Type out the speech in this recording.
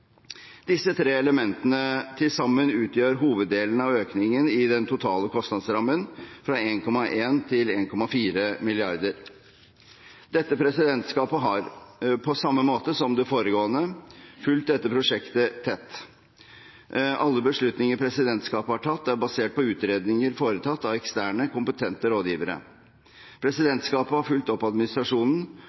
Disse tre elementene til sammen utgjør hoveddelen av økningen i den totale kostnadsrammen fra 1,1 mrd. kr til 1,4 mrd. kr. Dette presidentskapet har, på samme måte som det foregående, fulgt dette prosjektet tett. Alle beslutninger presidentskapet har tatt, er basert på utredninger foretatt av eksterne, kompetente rådgivere. Presidentskapet har fulgt opp administrasjonen,